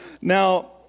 Now